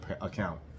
account